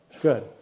good